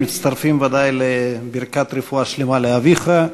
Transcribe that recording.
אנחנו ודאי מצטרפים לברכת רפואה שלמה לאביך.